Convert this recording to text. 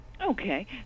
Okay